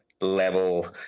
level